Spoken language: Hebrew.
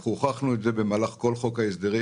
הוכחנו את זה במהלך כל חוק ההסדרים,